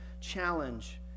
challenge